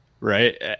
right